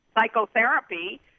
psychotherapy